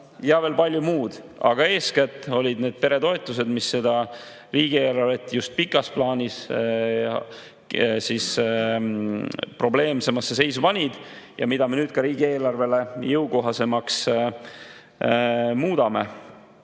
ja veel palju muud. Aga eeskätt olid need peretoetused, mis seda riigieelarvet just pikas plaanis probleemsemasse seisu panid ja mida me nüüd ka riigieelarvele jõukohasemaks muudame. Nüüd